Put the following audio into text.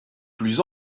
plus